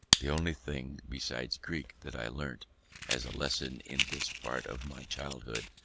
the only thing besides greek, that i learnt as a lesson in this part of my childhood,